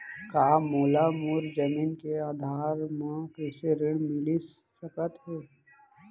का मोला मोर जमीन के आधार म कृषि ऋण मिलिस सकत हे?